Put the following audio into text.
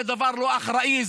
זה דבר לא אחראי.